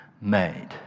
made